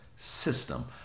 System